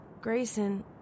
Grayson